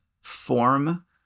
form